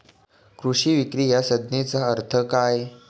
कृषी विक्री या संज्ञेचा अर्थ काय?